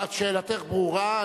שאלתך ברורה.